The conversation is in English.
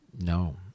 No